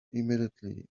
immediately